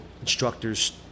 instructors